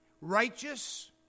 Righteous